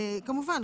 כמובן.